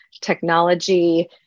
technology